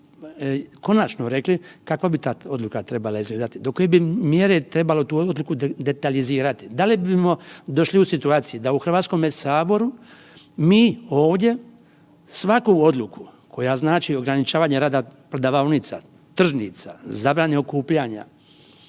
konačno rekli kakva bi ta odluka trebala izgledati, do koje bi mjere trebalo tu odluku detaljizirati, da li bimo došli u situaciju da u Hrvatskome saboru, mi ovdje svaku odluku koja znači ograničavanje rada prodavaonica, tržnica, zabrane okupljanja,